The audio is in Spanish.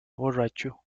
borracho